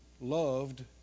loved